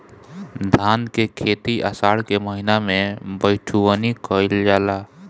धान के खेती आषाढ़ के महीना में बइठुअनी कइल जाला?